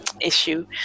issue